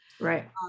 Right